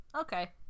Okay